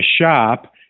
shop